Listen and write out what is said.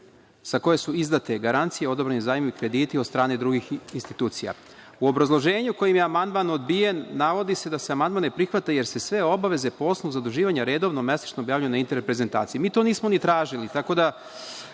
za koje su izdate garancije, odobreni zajmovi i krediti od strane drugih institucija“.U obrazloženju kojim je amandman odbijen, navodi se da se amandman ne prihvata jer se sve obaveze po osnovu zaduživanja redovno mesečno objavljuju na internet prezentaciji. Mi to nismo ni tražili, tako da